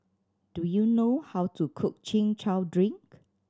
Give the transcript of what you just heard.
do you know how to cook Chin Chow drink